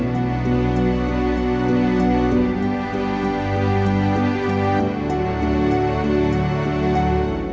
and